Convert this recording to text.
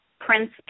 Prince